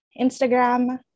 Instagram